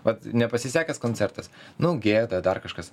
vat nepasisekęs koncertas nu gėda dar kažkas